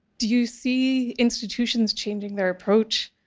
do you see institutions changing their approach,